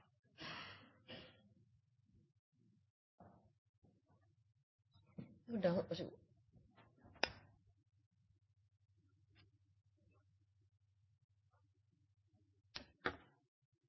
Forsberg, vær så god.